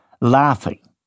laughing